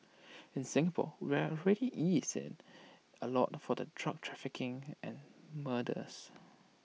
in Singapore we've already eased IT A lot for the drug trafficking and murders